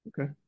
Okay